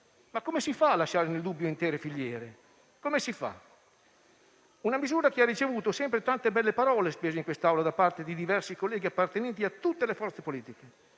Come si fa a lasciare nel dubbio intere filiere? Sto parlando di una misura che ha ricevuto sempre tante belle parole in quest'Aula da parte di diversi colleghi appartenenti a tutte le forze politiche,